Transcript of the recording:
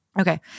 Okay